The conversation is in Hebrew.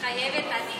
מתחייבת אני